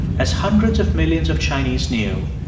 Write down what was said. as hundreds of millions of chinese knew,